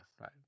right